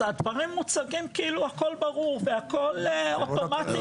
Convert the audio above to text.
אז הדברים מוצגים כאילו הכול ברור והכל אוטומטי.